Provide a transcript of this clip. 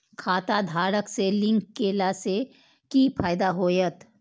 खाता आधार से लिंक केला से कि फायदा होयत?